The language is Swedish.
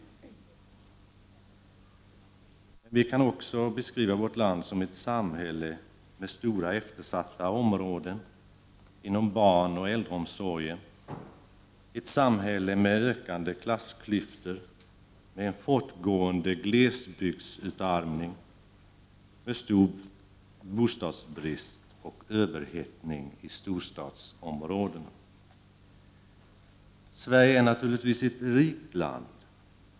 Men vi kan också beskriva vårt land som ett samhälle med stora eftersatta områden inom barnoch äldreomsorgen, ett samhälle med ökande klassklyftor, med en fortgående glesbygdsutarmning, med stor bostadsbrist och överhettning i storstadsområdena. Sverige är naturligtvis ett rikt land.